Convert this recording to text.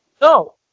no